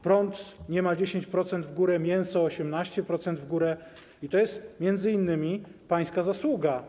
Prąd - niemal 10% w górę, mięso - 18% w górę i to jest m.in. pańska zasługa.